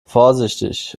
vorsichtig